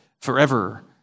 forever